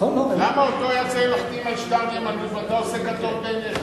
למה אותו היה צריך להחתים על שטר נאמנות ואתה עושה כטוב בעיניך?